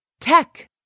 Tech